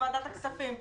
ועדת הכספים פה.